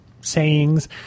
sayings